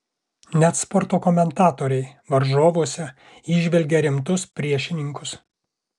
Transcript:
net sporto komentatoriai varžovuose įžvelgia rimtus priešininkus